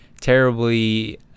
terribly